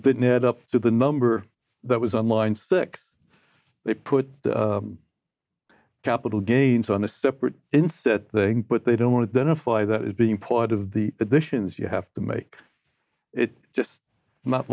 it didn't add up to the number that was on line six they put capital gains on a separate instead thing but they don't want then a five that is being part of the additions you have to make it just not